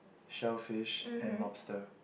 shellfish and lobster